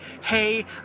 hey